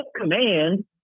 command